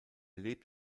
lebt